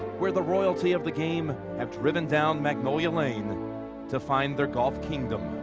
where the royalty of the game have driven down magnolia lane to find their golf kingdom.